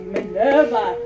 Minerva